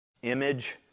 Image